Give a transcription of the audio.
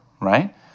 right